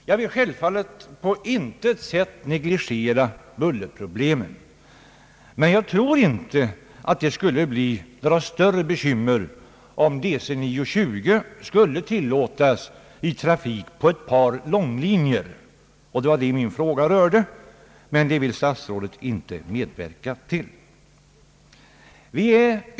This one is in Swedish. Jag vill på intet sätt negligera bullerproblemet men tror inte att det skulle bli större bekymmer, om DC 9-20 skulle tillåtas i trafik på ett par långlinjer — och det var detta min fråga berörde — men det vill statsrådet inte medverka till.